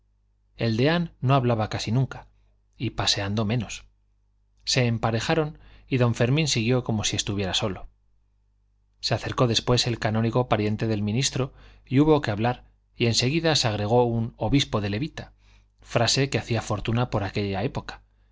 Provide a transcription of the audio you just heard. el deán no hablaba casi nunca y paseando menos se emparejaron y don fermín siguió como si estuviera solo se acercó después el canónigo pariente del ministro y hubo que hablar y en seguida se agregó un obispo de levita